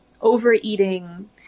overeating